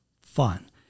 fun